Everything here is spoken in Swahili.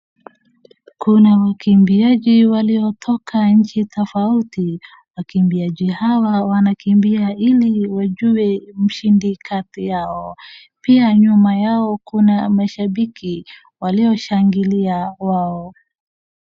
Kuna wakimbiaji waliotoka nchi tofauti, wakimbiaji hawa wanakimbia ili wajue mshindi kati yao, pia nyuma yao kuna mashabiki walioshangilia wao.